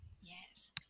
Yes